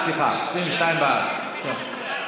תוסיף גם אותי, בבקשה.